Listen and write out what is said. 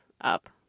up